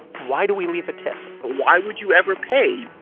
why do we leave a tip? why would you ever pay?